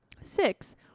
Six